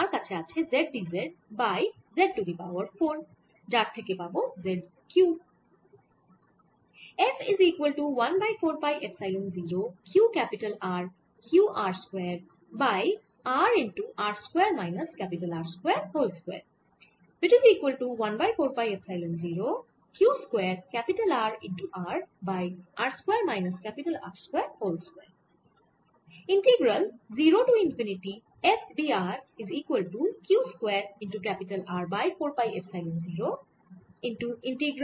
আমার কাছে আছে z d z by z to the power 4 যার থেকে পাবো z কিউব